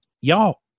Y'all